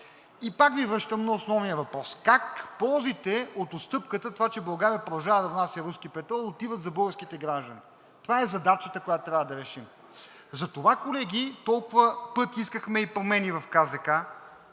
И пак Ви връщам на основния въпрос – как ползите от отстъпката – това, че България продължава да внася руски петрол, отиват за българските граждани. Това е задачата, която трябва да решим. Затова, колеги, толкова пъти искахме и промени в КЗК,